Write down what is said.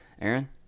Aaron